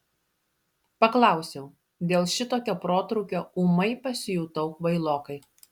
paklausiau dėl šitokio protrūkio ūmai pasijutau kvailokai